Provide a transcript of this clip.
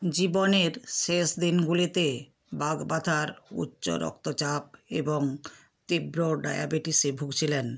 জীবনের শেষ দিনগুলিতে ভাগাবাথার উচ্চ রক্তচাপ এবং তীব্র ডায়াবেটিসে ভুগছিলেন